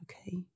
okay